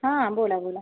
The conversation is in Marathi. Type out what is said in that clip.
हां बोला बोला